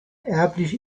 erblich